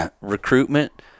Recruitment